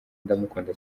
ndamukunda